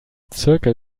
zirkel